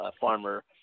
farmer